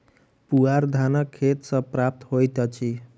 पुआर धानक खेत सॅ प्राप्त होइत अछि